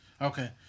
okay